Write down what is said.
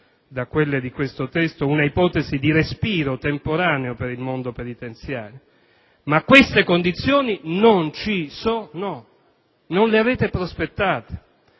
da quelle di questo testo, un'ipotesi di respiro temporaneo per il mondo penitenziario. Ma queste condizioni non ci sono. Non le avete prospettate.